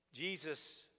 Jesus